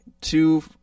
two